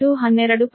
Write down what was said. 66 KV